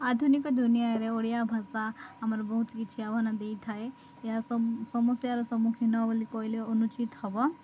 ଆଧୁନିକ ଦୁନିଆରେ ଓଡ଼ିଆ ଭାଷା ଆମର ବହୁତ କିଛି ଆହ୍ୱାନ ଦେଇଥାଏ ଏହା ସମସ୍ୟାର ସମ୍ମୁଖୀନ ହେବ ବୋଲି କହିଲେ ଅନୁଚିତ୍ ହେବ